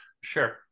Sure